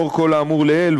לאור כל האמור לעיל,